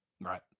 Right